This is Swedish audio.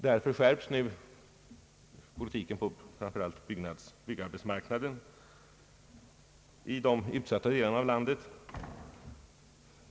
Därför skärps nu politiken framför allt inom byggarbetsmarknaden i de utsatta delarna av landet.